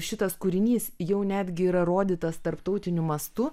šitas kūrinys jau netgi yra rodytas tarptautiniu mastu